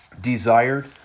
desired